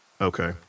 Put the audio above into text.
Okay